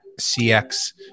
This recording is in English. CX